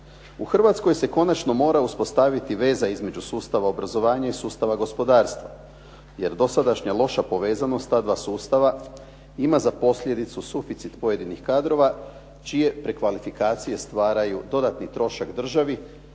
U Hrvatskoj se konačno mora uspostaviti veza između sustava obrazovanja i sustava gospodarstva, jer dosadašnja loša povezanost ta dva sustava ima za posljedicu suficit pojedinih kadrova čije prekvalifikacije stvaraju dodatni trošak državi